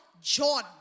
John